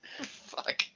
Fuck